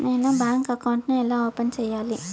నేను bank account ను ఎలా ఓపెన్ సేయాలి?